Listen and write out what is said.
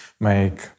make